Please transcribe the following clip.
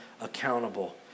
accountable